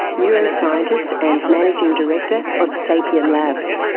neuroscientist and managing director of sapien labs.